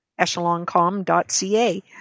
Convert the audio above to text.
echeloncom.ca